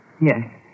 Yes